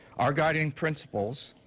our guiding principles,